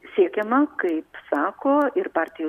kai siekiama kaip sako ir partijų